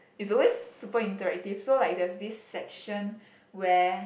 it's always super interactive so like there's this section where